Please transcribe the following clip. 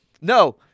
No